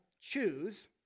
choose